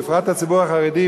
בפרט הציבור החרדי,